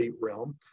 realm